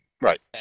Right